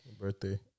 birthday